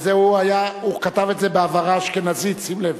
אבל הוא כתב את זה בהברה אשכנזית, שים לב.